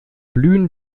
blühen